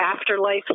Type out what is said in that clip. afterlife